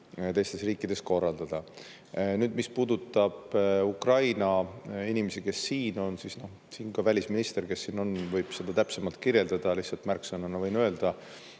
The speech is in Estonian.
teistes riikides korraldada. Nüüd, mis puudutab Ukraina inimesi, kes siin on, siis siin on ka välisminister, kes võib seda täpsemalt kirjeldada. Lihtsalt märksõnana võin öelda,